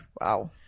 wow